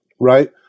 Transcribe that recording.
right